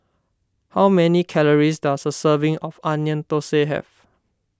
how many calories does a serving of Onion Thosai have